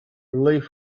relieved